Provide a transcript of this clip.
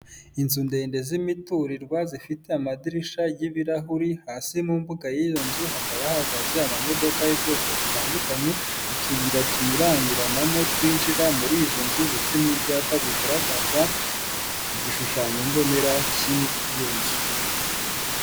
Inzu ndende z'imiturirwa zifite amadirisha y'ibirahuri, hasi mu mbuga y'iyo nzu hakaba hahagaze amamodoka y'ubwoko butandukanye, utuyira tunyuranyuranamo twinjira muri izo nzu ndetse n'ibyapa bigaragaza igishushanyo mbonera cy'iyo nzu.